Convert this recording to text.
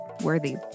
worthy